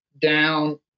down